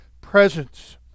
presence